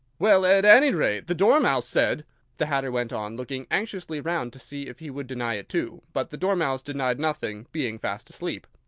well, at any rate, the dormouse said the hatter went on, looking anxiously round to see if he would deny it too but the dormouse denied nothing, being fast asleep.